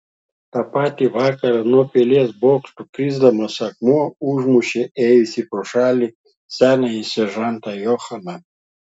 tą patį vakarą nuo pilies bokšto krisdamas akmuo užmušė ėjusį pro šalį senąjį seržantą johaną